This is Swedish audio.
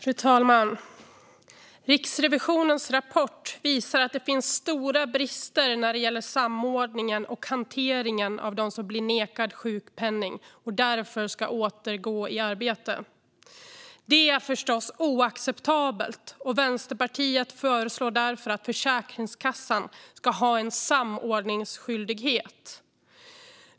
Fru talman! Riksrevisionens rapport visar att det finns stora brister när det gäller samordningen och hanteringen av den som blivit nekad sjukpenning och därför ska återgå i arbete. Det är förstås oacceptabelt. Vänsterpartiet föreslår därför att Försäkringskassan ska ha en samordningsskyldighet.